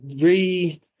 re